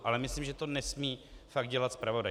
Ale myslím, že to nesmí fakt dělat zpravodaj.